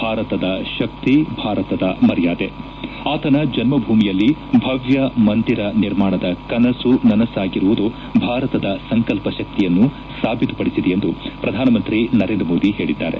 ಭಾರತದ ಶಕ್ತಿ ಭಾರತದ ಮರ್ಯಾದೆ ಆತನ ಜನ್ನಭೂಮಿಯಲ್ಲಿ ಭವ್ದ ಮಂದಿರ ನಿರ್ಮಾಣದ ಕನಸು ನನಸಾಗಿರುವುದು ಭಾರತದ ಸಂಕಲ್ಪ ಶಕ್ತಿಯನ್ನು ಸಾಬೀತು ಪಡಿಸಿದೆ ಎಂದು ಪ್ರಧಾನಮಂತ್ರಿ ನರೇಂದ್ರ ಮೋದಿ ಹೇಳಿದ್ದಾರೆ